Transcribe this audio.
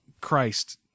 Christ